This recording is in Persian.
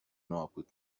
نابود